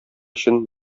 өчен